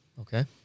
okay